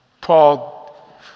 Paul